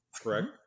correct